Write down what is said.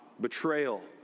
betrayal